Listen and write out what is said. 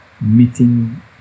meeting